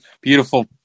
beautiful